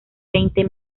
veinte